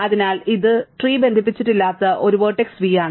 അതിനാൽ ഇത് ട്രീ ബന്ധിപ്പിച്ചിട്ടില്ലാത്ത ഒരു വെർട്ടെക്സ് v ആണ്